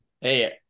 Hey